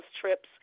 trips